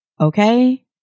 Okay